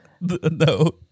No